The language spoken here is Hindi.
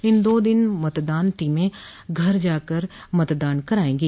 इन दो दिन मतदान टीमें घर घर जाकर मतदान कराएंगी